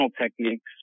techniques